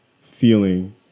feeling